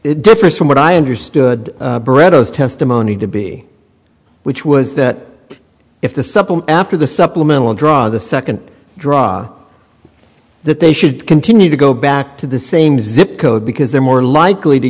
it differs from what i understood brando's testimony to be which was that if the simple after the supplemental draw the second draw that they should continue to go back to the same zip code because they're more likely to